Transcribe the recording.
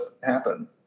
happen